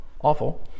awful